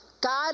God